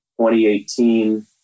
2018